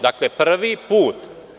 Dakle, prvi put.